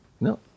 No